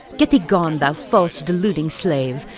get thee gone, thou false deluding slave,